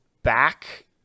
back